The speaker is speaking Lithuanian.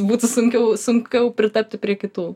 būtų sunkiau sunkiau pritapti prie kitų